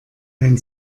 dein